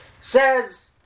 says